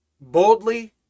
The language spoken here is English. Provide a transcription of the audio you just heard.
boldly